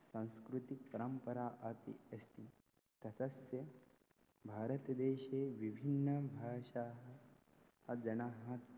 सांस्कृतिकपरम्परा अपि अस्ति त तस्य भारतदेशे विभिन्नभाषाः जनाः